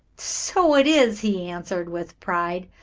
so it is, he answered, with pride.